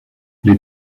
les